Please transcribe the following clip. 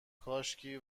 کاشکی